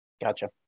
Gotcha